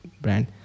brand